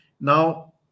Now